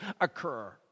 occur